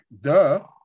duh